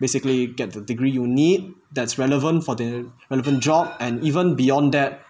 basically get the degree you'll need that's relevant for the relevant job and even beyond that